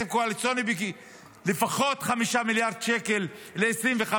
קואליציוני של לפחות 5 מיליארד שקל ל-2025,